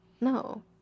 no